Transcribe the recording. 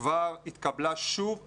כבר התקבלה שוב ושוב.